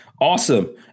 Awesome